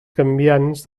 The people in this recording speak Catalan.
canviants